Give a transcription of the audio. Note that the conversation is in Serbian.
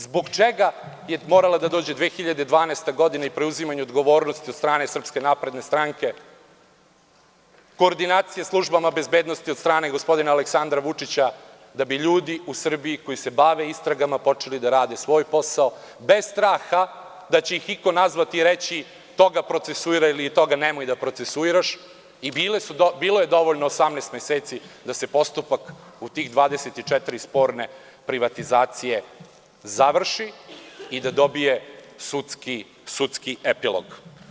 Zbog čega je morala da dođe 2012. godina i preuzimanje odgovornosti od strane SNS, koordinacija službama bezbednosti od strane gospodina Aleksandra Vučića, da bi ljudi u Srbiji koji se bave istragama počeli da rade svoj posao bez straha da će ih iko nazvati i reći – toga procesuiraj, ili toga nemoj da procesuiraš i bilo je dovoljno 18 meseci da se postupak u tih 24 sporne privatizacije završi i da dobije sudski epilog.